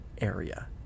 area